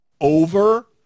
over